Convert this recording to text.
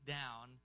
down